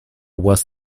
was